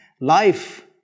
Life